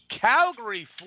Calgary